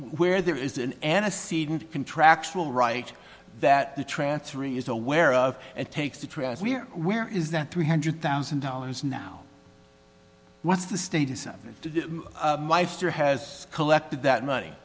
where there is an end a seed and contractual right that the transferee is aware of and takes to press we're where is that three hundred thousand dollars now what's the status of it my sister has collected that money